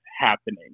happening